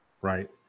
right